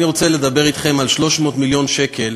אני רוצה לדבר אתכם על 300 מיליון שקל,